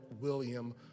William